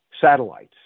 satellites